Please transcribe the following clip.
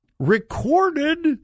Recorded